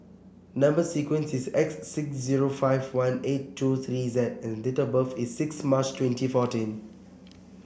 number sequence is S six zero five one eight two three Z and date of birth is six March twenty fourteen